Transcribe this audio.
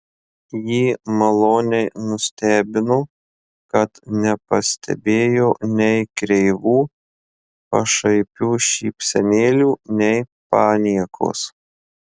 jį maloniai nustebino kad nepastebėjo nei kreivų pašaipių šypsenėlių nei paniekos